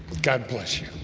god bless you